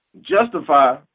Justify